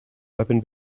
weapon